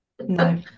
No